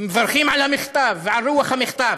מברכים על המכתב ועל רוח המכתב.